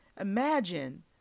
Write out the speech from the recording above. imagine